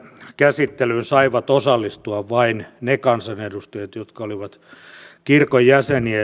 käsittelyyn saivat osallistua vain ne kansanedustajat jotka olivat kirkon jäseniä